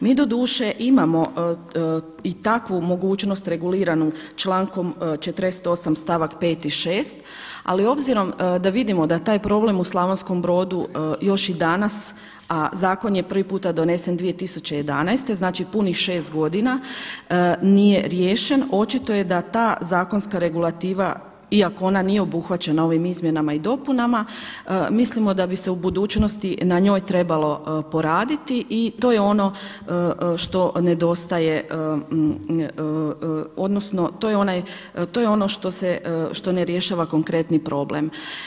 Mi doduše imamo i takvu mogućnost reguliranu člankom 48. stavak 5. i 6., ali obzirom da vidimo da taj problem u Slavonskom Brodu još i danas, a zakon je prvi puta donesen 2011. znači punih šest godina nije riješen očito je da ta zakonska regulativa iako ona nije obuhvaćena ovim izmjenama i dopunama mislimo da bi se u budućnosti na njoj trebalo poraditi i to je ono što nedostaje odnosno to je ono što ne rješava konkretni problem.